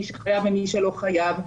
מיש חייב ומי שלא חייב.